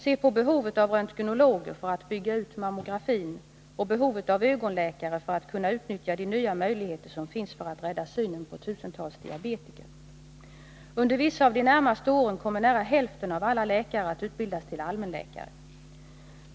Se på behovet av röntgenologer för att kunna bygga ut mammografin och behovet av ögonläkare för att kunna utnyttja de nya möjligheter som finns att rädda synen på tusentals diabetiker! Under vissa av de närmaste åren kommer nära hälften av alla läkare att utbildas till allmänläkare.